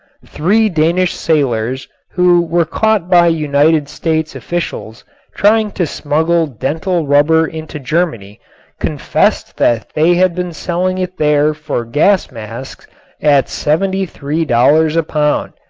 three danish sailors who were caught by united states officials trying to smuggle dental rubber into germany confessed that they had been selling it there for gas masks at seventy three dollars a pound.